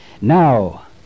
Now